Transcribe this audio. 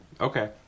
Okay